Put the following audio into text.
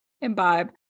imbibe